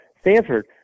Stanford